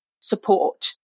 support